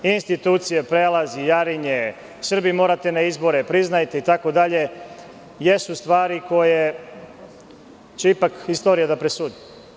Institucija prelazi Jarinje, Srbi morate na izbore, priznajte itd, jesu stvari koje će ipak istorija da presudi.